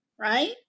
right